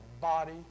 body